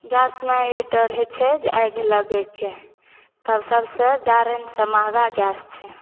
गैसमे ई डर होइ छै जे आगि लागएके तब सभसँ जाड़निसँ महगा गैस छै